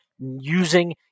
Using